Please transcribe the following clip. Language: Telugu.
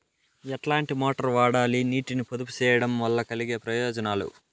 ఎట్లాంటి మోటారు వాడాలి, నీటిని పొదుపు సేయడం వల్ల కలిగే ప్రయోజనాలు?